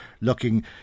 looking